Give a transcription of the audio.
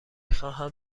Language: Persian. خواهم